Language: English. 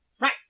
Right